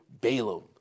Balaam